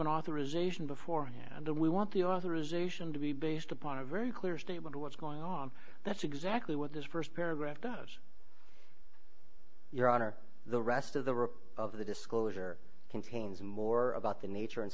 an authorization before hand and then we want the authorization to be based upon a very clear statement of what's going on that's exactly what this st paragraph does your honor the rest of the rip of the disclosure contains more about the nature and